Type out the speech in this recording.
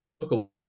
look